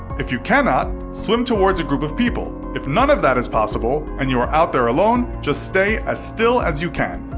if you cannot, swim towards a group of people. if none of that is possible, and you are out there alone, just stay as still as you can.